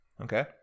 Okay